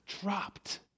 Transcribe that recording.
dropped